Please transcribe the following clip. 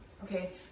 Okay